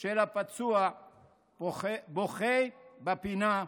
של הפצוע בוכה בפינה.